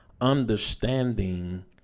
understanding